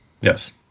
Yes